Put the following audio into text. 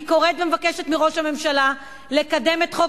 אני קוראת ומבקשת מראש הממשלה לקדם את חוק